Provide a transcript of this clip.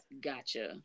gotcha